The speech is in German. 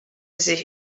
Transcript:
sich